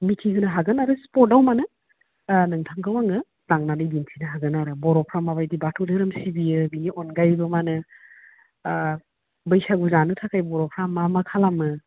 मिथिहोनो हागोन आरो स्पटआव मोनो नोंथांखौ आङो लांनानै दिन्थिनो हागोन आरो बर'फ्रा माबायदि बाथौ धोरोम सिबियो बिनि अनगायैबो मानो बैसागु जानो थाखाय बर'फ्रा मा मा खालामो